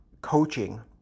coaching